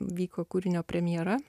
vyko kūrinio premjera